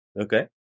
Okay